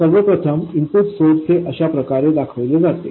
सर्वप्रथम input source हे अशाप्रकारे दाखवले जाते